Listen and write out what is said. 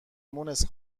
مونس